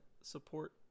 support